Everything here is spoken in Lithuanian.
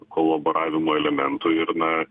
kolaboravimo elementų ir na